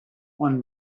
one